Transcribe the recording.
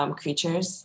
creatures